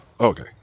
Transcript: Okay